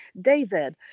David